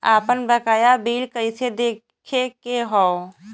आपन बकाया बिल कइसे देखे के हौ?